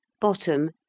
bottom